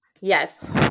yes